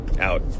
out